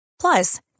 Plus